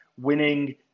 winning